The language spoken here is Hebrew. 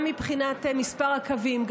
גם מבחינת מספר הקווים,